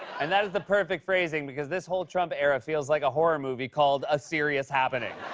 and that is the perfect phrasing. because this whole trump era feels like a horror movie called a serious happening.